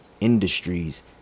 industries